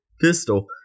pistol